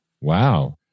Wow